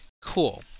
cool